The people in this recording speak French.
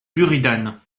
buridan